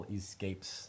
escapes